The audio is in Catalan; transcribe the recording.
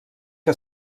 que